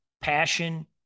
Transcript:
passion